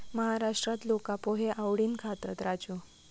महाराष्ट्रात लोका पोहे आवडीन खातत, राजू